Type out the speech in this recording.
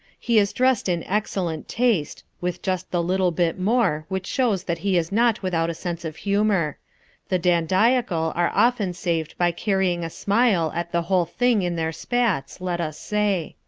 he is dressed in excellent taste, with just the little bit more which shows that he is not without a sense of humour the dandiacal are often saved by carrying a smile at the whole thing in their spats, let us say.